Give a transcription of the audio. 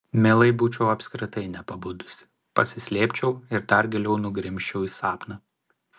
mielai būčiau apskritai nepabudusi pasislėpčiau ir dar giliau nugrimzčiau į sapną